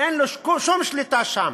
אין לו שום שליטה שם.